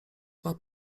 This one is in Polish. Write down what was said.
dwa